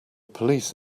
police